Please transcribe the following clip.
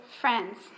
friends